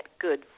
good